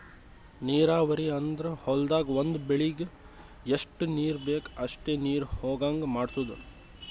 ನೀರಾವರಿ ಅಂದ್ರ ಹೊಲ್ದಾಗ್ ಒಂದ್ ಬೆಳಿಗ್ ಎಷ್ಟ್ ನೀರ್ ಬೇಕ್ ಅಷ್ಟೇ ನೀರ ಹೊಗಾಂಗ್ ಮಾಡ್ಸೋದು